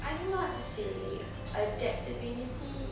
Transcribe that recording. I don't know how to say adaptability